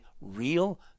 real